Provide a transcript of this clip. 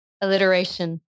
alliteration